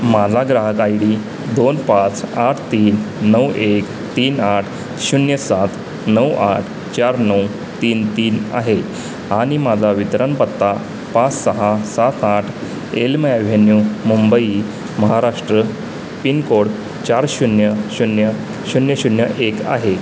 माझा ग्राहक I D दोन पाच आठ तीन नऊ एक तीन आठ शून्य सात नऊ आठ चार नऊ तीन तीन आहे आणि माझा वितरण पत्ता पाच सहा सात आठ Elm avenue Mumbai Maharashtra pin code चार शून्य शून्य शून्य शून्य एक आहे